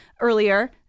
earlier